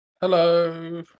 Hello